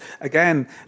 again